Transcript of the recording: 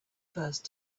first